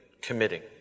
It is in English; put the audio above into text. committing